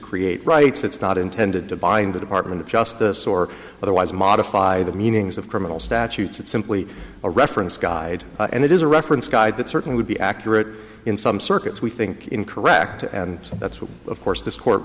create rights it's not intended to bind the department of justice or otherwise modify the meanings of criminal statutes it's simply a reference guide and it is a reference guide that certainly would be accurate in some circuits we think in correct and that's what of course th